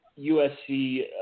USC